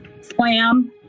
slam